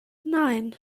nein